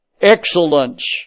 excellence